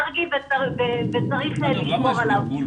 וצריך לשמור עליו.